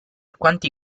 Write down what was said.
quanti